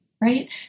right